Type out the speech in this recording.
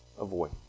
Avoid